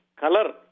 color